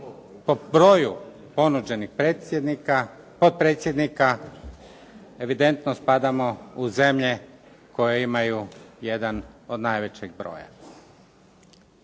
Po broju ponuđenih potpredsjednika evidentno spadamo u zemlje koje imaju jedan od najvećeg broja.